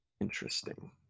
Interesting